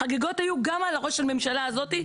החגיגות היו גם על הראש של הממשלה הזאת,